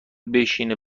بشینه